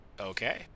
Okay